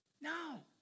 No